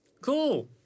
Cool